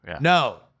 No